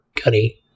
Gunny